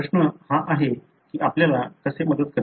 प्रश्न हा आहे की हे आपल्याला कसे मदत करते